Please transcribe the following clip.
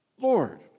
Lord